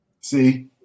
See